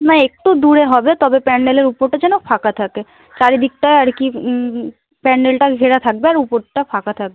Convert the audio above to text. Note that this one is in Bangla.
না একটু দূরে হবে তবে প্যান্ডেলের উপরটা যেন ফাঁকা থাকে চারিদিকটা আর কি প্যান্ডেলটা ঘেরা থাকবে আর উপরটা ফাঁকা থাকবে